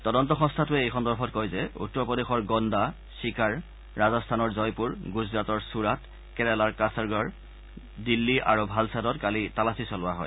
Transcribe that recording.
তদন্ত সংস্থাটোৱে এই সন্দৰ্ভত কয় যে উত্তৰ প্ৰদেশৰ গণ্ণা চিকাৰ ৰাজস্থানৰ জয়পুৰ গুজৰাটৰ ছুৰাট কেৰালাৰ কাছাৰগড় দিল্লী আৰু ভালছাডত কালি তালাচী চলোৱা হয়